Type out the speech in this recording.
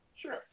Sure